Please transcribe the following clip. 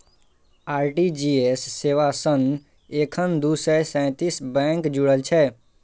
RTGS सेवा सं एखन दू सय सैंतीस बैंक जुड़ल छै